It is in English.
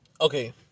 Okay